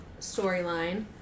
storyline